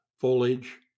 foliage